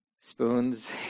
Spoons